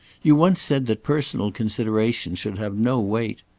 you once said that personal considerations should have no weight.